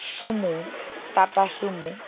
sumo Tata sumo